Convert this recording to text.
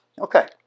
Okay